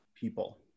people